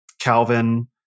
Calvin